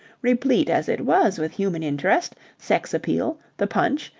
replete as it was with human interest, sex-appeal, the punch,